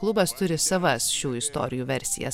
klubas turi savas šių istorijų versijas